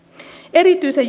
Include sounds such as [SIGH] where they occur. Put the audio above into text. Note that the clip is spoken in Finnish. erityisen [UNINTELLIGIBLE]